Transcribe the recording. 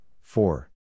four